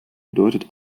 bedeutet